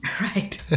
Right